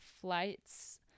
flights